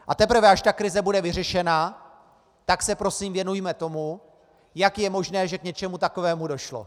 A teprve až krize bude vyřešena, tak se prosím věnujme tomu, jak je možné, že k něčemu takovému došlo.